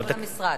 על חשבון המשרד.